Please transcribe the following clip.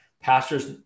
pastors